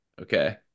okay